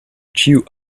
ĉiu